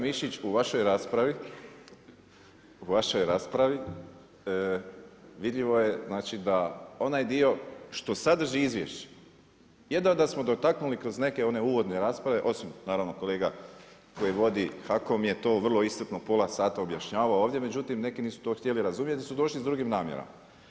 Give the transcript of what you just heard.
Znači i kolega Mišić, u vašoj raspravi vidljivo je da onaj dio što sadrži izvješće, jedva da smo dotaknuli kroz neke one uvodne rasprave osim naravno kolega koji vodi HAKOM je to vrlo iscrpno pola sata objašnjavao ovdje, međutim neki nisu to htjeli razumjeti jer su došli s drugim namjerama.